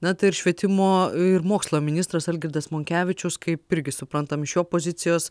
na tai ir švietimo ir mokslo ministras algirdas monkevičius kaip irgi suprantam iš jo opozicijos